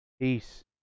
Peace